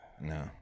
No